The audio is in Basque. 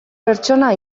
pertsona